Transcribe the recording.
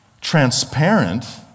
transparent